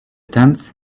tenth